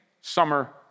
summer